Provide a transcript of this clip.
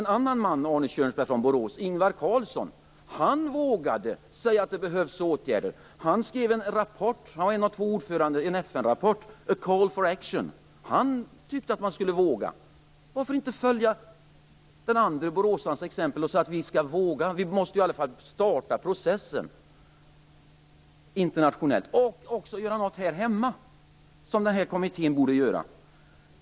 En annan man från Borås, Ingvar Carlsson, vågade som en av två ordförande i en FN-kommitté säga att det behövdes åtgärder. Han vågade i FN-rapporten A Call for Action säga detta. Varför inte följa den andre boråsarens exempel och säga att vi skall våga något? Vi måste i alla fall starta processen internationellt, och den här kommittén borde också göra något här hemma.